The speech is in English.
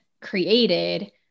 created